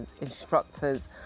instructors